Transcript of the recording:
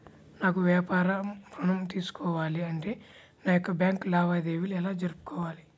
నాకు వ్యాపారం ఋణం తీసుకోవాలి అంటే నా యొక్క బ్యాంకు లావాదేవీలు ఎలా జరుపుకోవాలి?